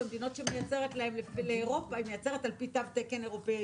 אני יודע שכשהיא מייצרת לאירופה היא מייצרת על פי תו תקן אירופאי.